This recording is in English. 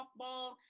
softball